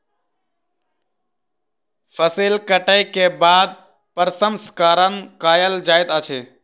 फसिल कटै के बाद प्रसंस्करण कयल जाइत अछि